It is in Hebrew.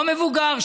או מבוגר,